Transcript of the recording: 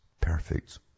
Perfect